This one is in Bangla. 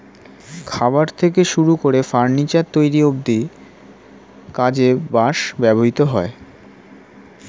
খাবার থেকে শুরু করে ফার্নিচার তৈরি অব্ধি কাজে বাঁশ ব্যবহৃত হয়